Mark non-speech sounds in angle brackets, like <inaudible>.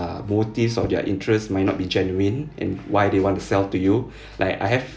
err motives or their interest may not be genuine and why they want to sell to you <breath> like I have